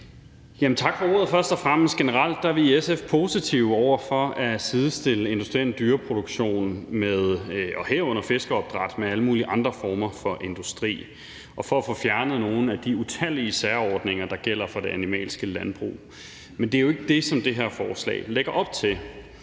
tak for ordet. Generelt er vi i SF positive over for at sidestille industriel dyreproduktion, herunder fiskeopdræt, med alle mulige andre former for industri, og for at få fjernet nogle af de utallige særordninger, der gælder for det animalske landbrug, men det er jo ikke det, som det her forslag lægger op til.